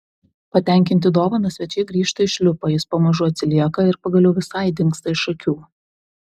patenkinti dovana svečiai grįžta į šliupą jis pamažu atsilieka ir pagaliau visai dingsta iš akių